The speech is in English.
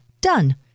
Done